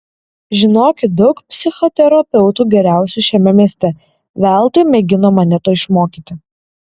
žinokit daug psichoterapeutų geriausių šiame mieste veltui mėgino mane to išmokyti